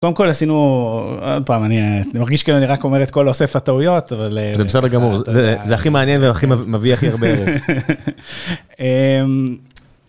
קודם כל, עשינו... עוד פעם, אני מרגיש כאילו אני רק אומר את כל הוסף התאוריות, אבל... זה בסדר גמור, זה הכי מעניין והכי מביא הכי הרבה.